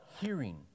hearing